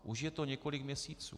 Už je to několik měsíců.